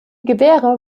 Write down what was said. gewehre